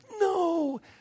No